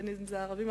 בין ערבים,